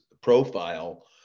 profile